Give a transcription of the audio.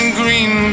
green